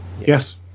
Yes